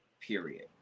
Period